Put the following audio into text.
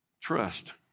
trust